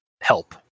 help